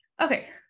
Okay